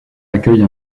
accueille